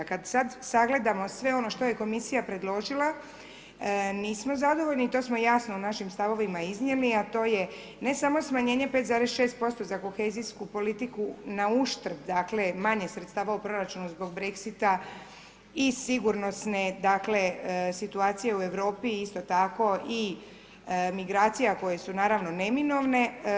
Kad sad sagledamo sve ono što je Komisja predložila, nismo zadovoljni i to smo jasno u našim stavovima iznijeli, a to je ne samo smanjenje 5,6% za kohezijsku politiku na uštrb manje sredstva u proračunu zbog Brexita i sigursnosne dakle situaciju u Europi, isto tako i migracije koje su naravno neminovne.